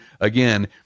again